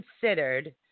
considered